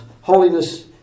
Holiness